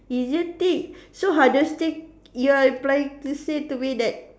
easier thing so hardest thing you are implying to say to me that